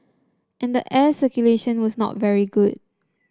and the air circulation was not very good